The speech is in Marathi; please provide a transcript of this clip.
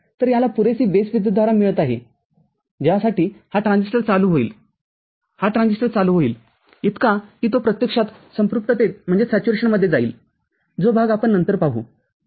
तरयाला पुरेसी बेसविद्युतधारा मिळत आहे ज्यासाठी हा ट्रान्झिस्टरचालू होईल हा ट्रान्झिस्टरचालू होईल इतका की तो प्रत्यक्षात संपृक्ततेत जाईल जो भाग आपण नंतर पाहू ठीक आहे